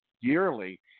yearly